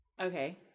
Okay